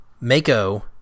Mako